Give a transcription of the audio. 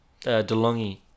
DeLonghi